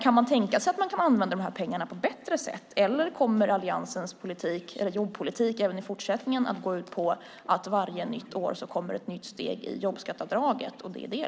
Kan det tänkas att man kan använda dessa pengar på ett bättre sätt, eller kommer alliansens jobbpolitik även i fortsättningen att gå ut på att det varje år kommer ett nytt steg i jobbskatteavdraget?